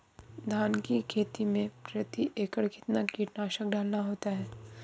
धान की खेती में प्रति एकड़ कितना कीटनाशक डालना होता है?